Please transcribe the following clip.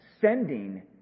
sending